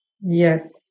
Yes